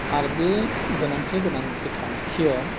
आरो बे गोनांथि गोनां बे थांखियाव